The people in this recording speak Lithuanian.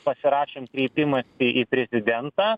pasirašėm kreipimąsi į prezidentą